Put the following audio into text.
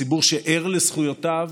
ציבור שער לזכויותיו,